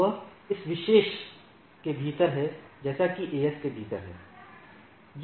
वह उस विशेष के भीतर है जैसा कि एएस के भीतर है